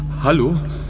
Hallo